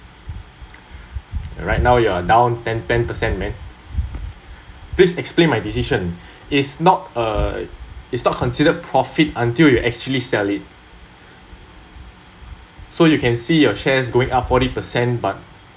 right now you’re down ten ten percent man please explain my decision is not a is not considered profit until you actually sell it so you can see your shares going up forty percent but